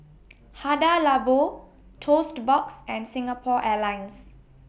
Hada Labo Toast Box and Singapore Airlines